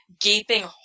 gaping